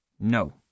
No